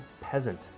Peasant